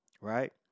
Right